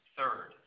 Third